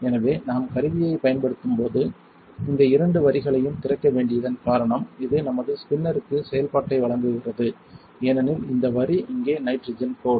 எனவே நாம் கருவியைப் பயன்படுத்தும் போது இந்த இரண்டு வரிகளையும் திறக்க வேண்டியதன் காரணம் இது நமது ஸ்பின்னருக்கு செயல்பாட்டை வழங்குகிறது ஏனெனில் இந்த வரி இங்கே நைட்ரஜன் கோடு